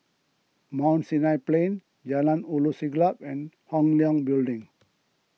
Mount Sinai Plain Jalan Ulu Siglap and Hong Leong Building